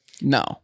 No